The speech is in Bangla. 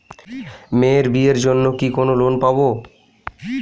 মেয়ের বিয়ের জন্য কি কোন লোন পাব?